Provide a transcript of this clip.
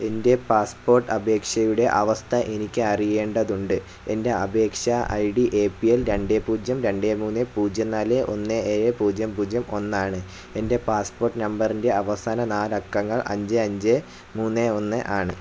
എൻ്റെ പാസ്പോർട്ട് അപേക്ഷയുടെ അവസ്ഥ എനിക്ക് അറിയേണ്ടതുണ്ട് എൻ്റെ അപേക്ഷാ ഐഡി എ പി എൽ രണ്ട് പൂജ്യം രണ്ട് മൂന്ന് പൂജ്യം നാല് ഒന്ന് ഏഴ് പൂജ്യം പൂജ്യം ഒന്ന് ആണ് എൻ്റെ പാസ്പോർട്ട് നമ്പറിൻ്റെ അവസാന നാല് അക്കങ്ങൾ അഞ്ച് അഞ്ച് മൂന്ന് ഒന്ന് ആണ്